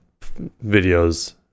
videos